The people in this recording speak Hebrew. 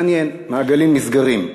מעניין, מעגלים נסגרים.